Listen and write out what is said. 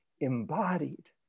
embodied